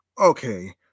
okay